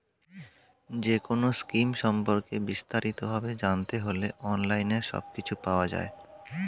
যেকোনো স্কিম সম্পর্কে বিস্তারিত ভাবে জানতে হলে অনলাইনে সবকিছু পাওয়া যায়